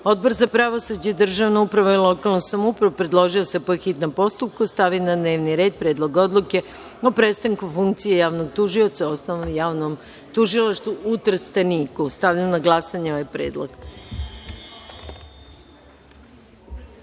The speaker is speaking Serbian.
za pravosuđe, državnu upravu i lokalnu samoupravu predložio je da se, po hitnom postupku, stavi na dnevni red – Predlog odluke o prestanku funkcije javnog tužioca u Osnovnom javnom tužilaštvu u Trsteniku. Stavljam na glasanje ovaj